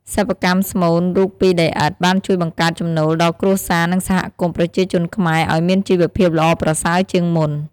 សិប្បកម្មស្មូនរូបពីដីឥដ្ធបានជួយបង្កើតចំណូលដល់គ្រួសារនិងសហគមប្រជាជនខ្មែរឲ្យមានជីវភាពល្អប្រសើជាងមុន។